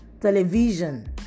television